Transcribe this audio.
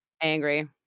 angry